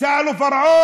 שאלו את פרעה: